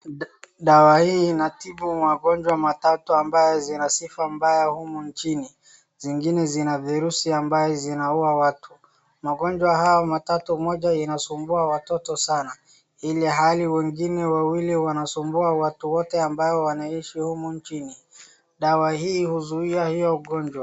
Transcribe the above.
Dawa hii inatibu magonjwa matatu ambayo zina sifa mbaya humu nchini zingine zina virusi ambayo zinaua watu . Magonjwa hayo matatu moja inasumbua watoto sana ilhali wengine wawili wanasumbua watu wote ambao wameishi humu nchini. Dawa hii huzuia hiyo ugonjwa.